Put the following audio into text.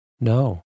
No